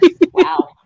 Wow